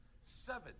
seven